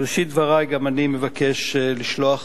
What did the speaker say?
בראשית דברי גם אני מבקש לשלוח